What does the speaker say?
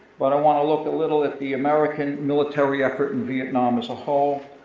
but i wanna look a little at the american military effort in vietnam as a whole,